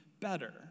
better